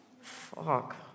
Fuck